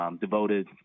devoted